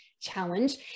challenge